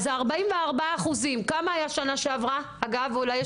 אז 44 אחוזים, כמה היה שנה שעברה באותה תקופה.